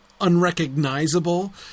unrecognizable